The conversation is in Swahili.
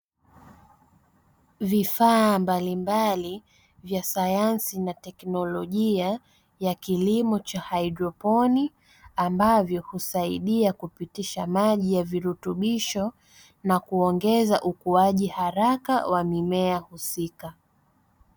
Vifaa mbalimbali vya sayansi na teknolojia ya kilimo cha haidroponi, ambavyo husaidia kupitisha maji ya virutubisho na kuongeza ukuaji haraka wa mimea husika.